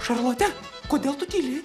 šarlote kodėl tu tyli